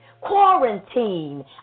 Quarantine